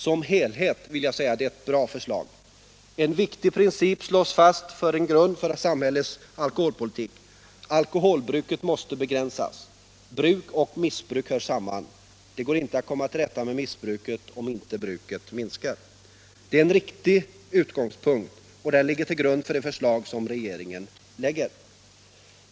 Som helhet vill jag säga att det är ett bra förslag. En viktig princip slås fast som en grund för samhällets alkoholpolitik: alkoholbruket måste begränsas. Bruk och missbruk hör samman. Det går inte att komma till rätta med missbruket om inte bruket minskar. Det är en riktig utgångspunkt, och den ligger till grund för de förslag som regeringen lägger.